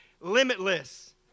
limitless